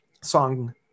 song